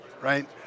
right